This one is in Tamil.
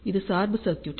இது சார்பு சர்க்யூட்